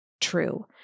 true